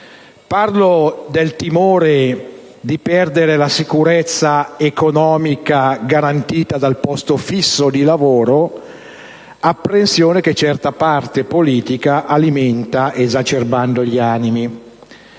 Parlo del timore di perdere la sicurezza economica garantita dal posto fisso di lavoro: apprensione che certa parte politica alimenta esacerbando gli animi.